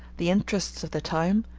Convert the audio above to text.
the interests of the time,